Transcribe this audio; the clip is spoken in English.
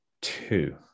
two